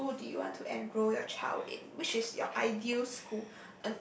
which school do you want to enrol your child in which is your ideal school